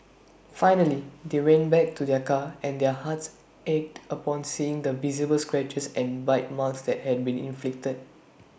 finally they went back to their car and their hearts ached upon seeing the visible scratches and bite marks that had been inflicted